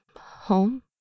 home